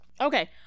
Okay